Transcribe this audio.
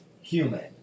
human